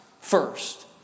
first